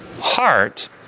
heart